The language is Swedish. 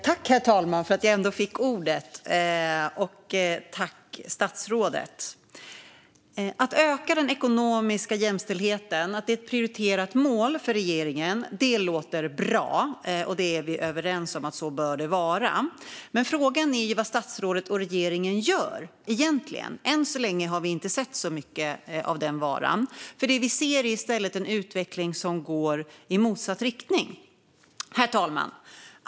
Herr talman och statsrådet! Det låter bra att det är ett prioriterat mål för regeringen att öka den ekonomiska jämställdheten. Det är vi överens om; så bör det vara. Men frågan är vad statsrådet och regeringen egentligen gör. Än så länge har vi inte sett så mycket av den varan. Det vi ser är i stället en utveckling som går i motsatt riktning. Herr talman!